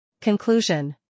Conclusion